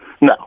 No